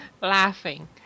laughing